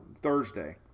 Thursday